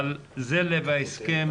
אבל זה לב ההסכם